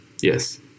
Yes